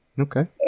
Okay